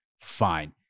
fine